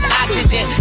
oxygen